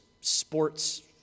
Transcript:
sports